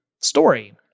story